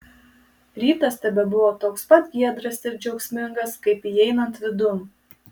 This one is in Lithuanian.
rytas tebebuvo toks pat giedras ir džiaugsmingas kaip įeinant vidun